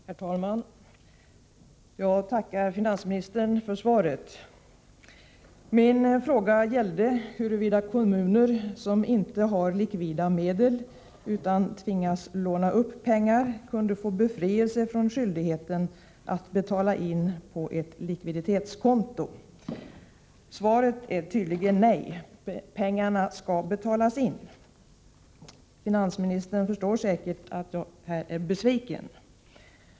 Herr talman! Jag tackar finansministern för svaret. Min fråga gällde huruvida kommuner som inte har likvida medel utan tvingas låna upp pengar kunde få befrielse från skyldigheten att betala in pengar på ett likviditetskonto. Svaret är tydligen nej — pengarna skall betalas in. Finansministern förstår säkert att jag är besviken.